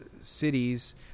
cities